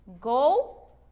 Go